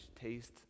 taste